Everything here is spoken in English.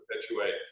perpetuate